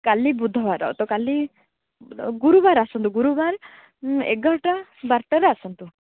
କାଲି ବୁଧବାର ତ କାଲି ଗୁରୁବାର ଆସନ୍ତୁ ଗୁରୁବାର ଏଗାରଟା ବାରଟାରେ ଆସନ୍ତୁ